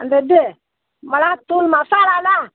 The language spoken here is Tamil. அந்த இது மிளகாத்தூள் மசாலாலெல்லாம்